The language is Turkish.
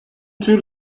tür